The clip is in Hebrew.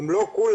אם לא כולם,